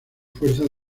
fuerzas